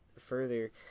further